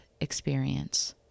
experience